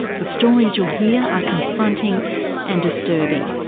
the stories you'll hear are confronting and disturbing.